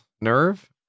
nerve